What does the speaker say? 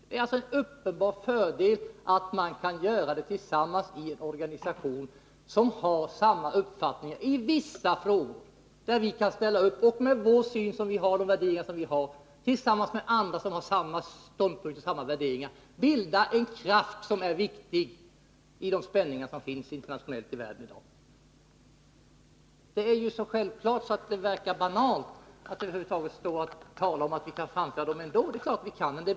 Det är en uppenbar fördel att ståndpunkterna kan föras fram gemensamt i en organisation där medlemmarna, i vissa frågor, har samma uppfattning. I de frågor där vi med våra värderingar kan ställa upp kan vi tillsammans med andra som har samma värderingar bilda en kraft som är viktig med hänsyn till de spänningar som internationellt finns i världen i dag. Det är så självklart att det verkar banalt att Ingrid Sundberg står här och talar om att vi kan framföra våra åsikter ändå. Det är klart att vi kan göra det.